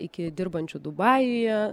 iki dirbančių dubajuje